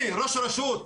אני ראש הרשות,